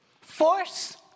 force